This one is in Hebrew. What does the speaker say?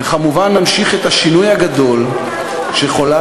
וכמובן נמשיך את השינוי הגדול שחוללנו